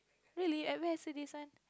really at where